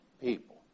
people